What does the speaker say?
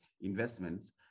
investments